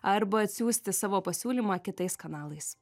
arba atsiųsti savo pasiūlymą kitais kanalais